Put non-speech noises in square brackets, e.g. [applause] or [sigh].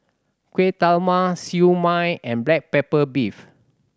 kueh [unintelligible] Siew Mai and black pepper beef